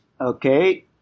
Okay